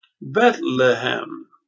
Bethlehem